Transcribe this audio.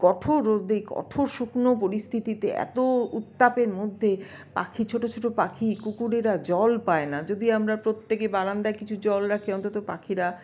কঠোর রোদে কঠোর শুকনো পরিস্থিতিতে এতো উত্তাপের মধ্যে পাখি ছোটো ছোটো পাখি কুকুরেরা জল পায় না যদি আমরা প্রত্যেকে বারান্দায় কিছু জল রাখি অন্তত পাখিরা